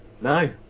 No